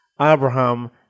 Abraham